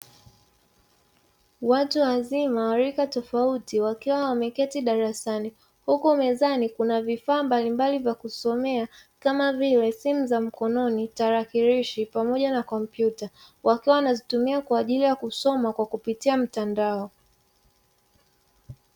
Watu wazima wa rika tofauti wakiwa wameketi darasani huku mezani kuna vifaa mbalimbali vya kusomea kama vile: simu za mkononi, tarakilishi pamoja na kompyuta, wakiwa wanazitumia Kwa ajili ya kusoma kwa kupitia mtandao.